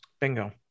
bingo